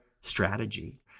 strategy